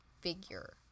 figure